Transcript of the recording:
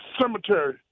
cemetery